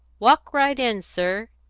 walk right in, sir!